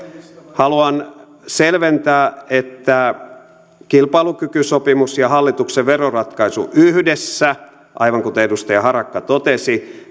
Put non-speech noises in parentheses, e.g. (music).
haluan selventää että kilpailukykysopimus ja hallituksen veroratkaisu yhdessä aivan kuten edustaja harakka totesi (unintelligible)